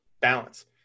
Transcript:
balance